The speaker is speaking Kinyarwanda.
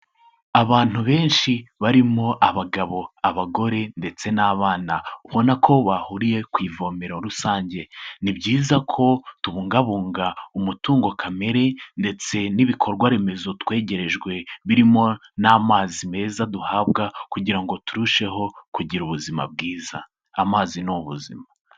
Abantu benshi barimo abagabo, abagore ndetse n'abana, ubona ko bahuriye ku ivomero rusange. Ni byiza ko tubungabunga umutungo kamere ndetse n'ibikorwaremezo twegerejwe birimo n'amazi meza duhabwa kugira ngo turusheho kugira ubuzima bwiza. Amazi ni ubuzima.